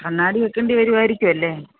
കണ്ണാടി വെക്കണ്ടി വരുവായിരിക്കും അല്ലേ